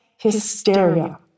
hysteria